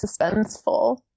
suspenseful